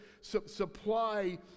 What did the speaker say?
supply